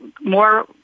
more